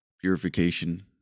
purification